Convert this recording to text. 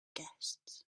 guests